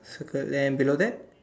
circle then below that